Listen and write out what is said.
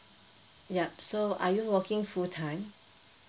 yup so are you working full time